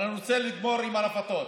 אבל אני רוצה לגמור עם הרפתות.